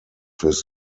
his